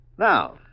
Now